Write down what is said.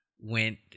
went